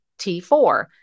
T4